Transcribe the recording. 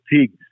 pigs